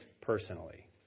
personally